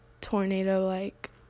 tornado-like